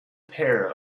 pair